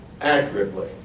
accurately